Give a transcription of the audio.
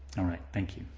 alright, thank you.